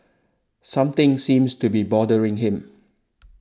something seems to be bothering him